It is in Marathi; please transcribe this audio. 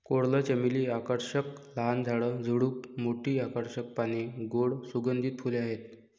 कोरल चमेली आकर्षक लहान झाड, झुडूप, मोठी आकर्षक पाने, गोड सुगंधित फुले आहेत